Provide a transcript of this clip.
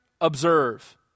observe